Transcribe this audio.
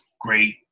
great